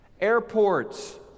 Airports